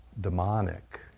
demonic